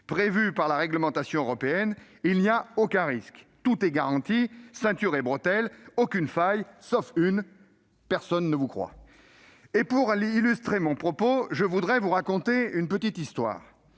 prévues dans la réglementation européenne, il n'y a aucun risque et que tout est garanti : ceinture et bretelles ; aucune faille ! Sauf une : personne ne vous croit ... Pour illustrer mon propos, je voudrais vous raconter une petite histoire.